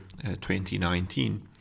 2019